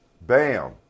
Bam